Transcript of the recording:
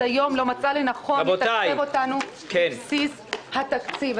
היום לא מצאה לנכון לתקצב אותנו בבסיס התקציב.